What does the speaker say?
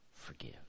forgive